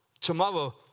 Tomorrow